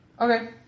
okay